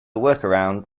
workaround